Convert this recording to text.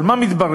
אבל מה מתברר?